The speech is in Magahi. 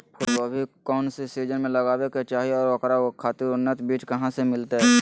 फूलगोभी कौन सीजन में लगावे के चाही और ओकरा खातिर उन्नत बिज कहा से मिलते?